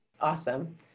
Awesome